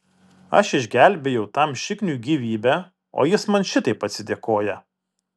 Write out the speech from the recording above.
aš išgelbėjau tam šikniui gyvybę o jis man šitaip atsidėkoja